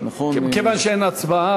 כיוון שאין הצבעה,